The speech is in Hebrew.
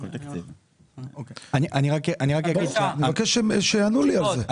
אני מבקש שיענו לי על זה.